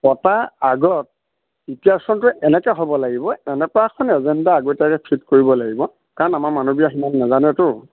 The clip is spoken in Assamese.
পতা আগত এনেকে হ'ব লাগিব এনেকুৱা এখন এজেণ্ডা আগতীয়াকে ফিট কৰিব লাগিব কাৰণ আমাৰ মানুহবিলাক সিমান নেজানেটো